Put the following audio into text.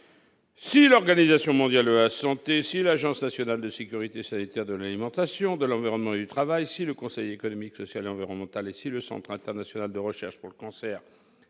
Si l'Organisation mondiale de la santé, l'Agence nationale de sécurité sanitaire de l'alimentation, de l'environnement et du travail, le Conseil économique, social et environnemental, le Centre international de recherche sur le cancer